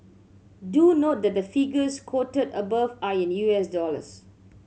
do note that the figures quoted above are in U S dollars